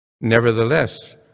Nevertheless